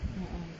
mmhmm